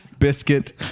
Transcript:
biscuit